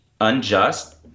unjust